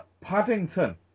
Paddington